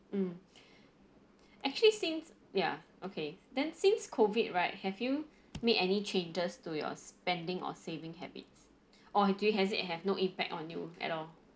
mm actually since ya okay then since COVID right have you made any changes to your spending or saving habits or do you has it have no effect on you at all